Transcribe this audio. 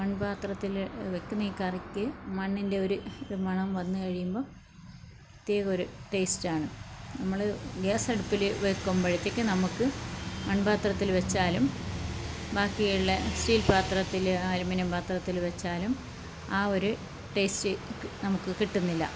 മൺ പാത്രത്തിൽ വെക്കുന്ന ഈ കറിക്ക് മണ്ണിൻ്റെ ഒരു മണം വന്ന് കഴിയുമ്പം പ്ര്യത്യേക ഒരു ടേസ്റ്റാണ് നമ്മൾ ഗ്യാസ്സടുപ്പിൽ വെക്കുമ്പോഴത്തേക്ക് നമുക്ക് മൺ പാത്രത്തിൽ വെച്ചാലും ബാക്കി ഉള്ള സ്തീൽ പാത്രത്തിൽ അലൂമിനിയം പാത്രത്തിൽ വെച്ചാലും ആ ഒരു ടേസ്റ്റ് നമുക്ക് കിട്ടുന്നില്ല